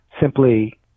simply